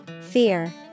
Fear